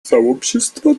сообщества